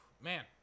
man